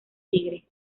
tigre